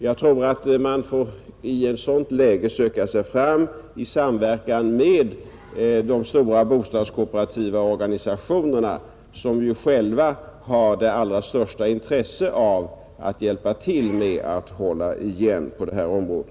Jag tror att man i ett sådant läge får söka sig fram i samverkan med de stora bostadskooperativa organisationerna, som ju själva har det allra största intresse av att hjälpa till med att hålla igen på detta område,